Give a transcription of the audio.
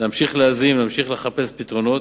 להמשיך להאזין, להמשיך לחפש פתרונות.